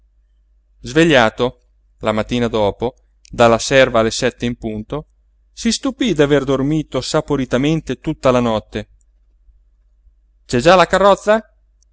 svegliato la mattina dopo dalla serva alle sette in punto si stupí d'aver dormito saporitamente tutta la notte c'è già la carrozza